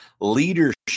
leadership